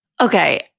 Okay